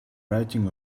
writing